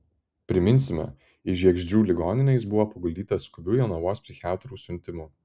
priminsime į žiegždrių ligoninę jis buvo paguldytas skubiu jonavos psichiatrų siuntimu